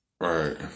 Right